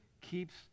keeps